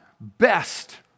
best